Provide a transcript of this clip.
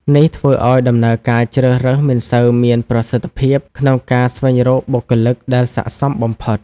នេះធ្វើឲ្យដំណើរការជ្រើសរើសមិនសូវមានប្រសិទ្ធភាពក្នុងការស្វែងរកបុគ្គលិកដែលស័ក្តិសមបំផុត។